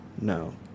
No